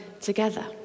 together